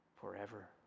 forever